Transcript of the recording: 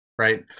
Right